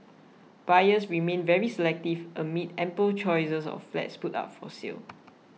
buyers remain very selective amid ample choices of flats put up for sale